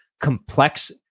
complex